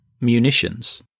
munitions